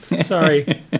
sorry